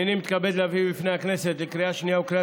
הינני מתכבד להביא בפני הכנסת לקריאה שנייה וקריאה